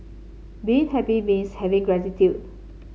being happy means having gratitude